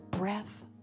breath